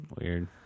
Weird